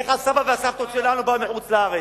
איך הסבים והסבתות שלנו באו מחוץ-לארץ?